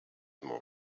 more